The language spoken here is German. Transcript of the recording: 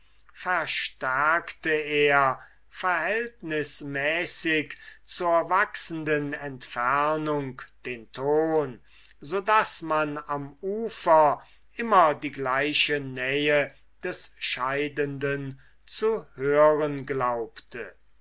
verstärkte er verhältnismäßig zur wachsenden entfernung den ton so daß man am ufer immer die gleiche nähe des scheidenden zu hören glaubte